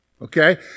Okay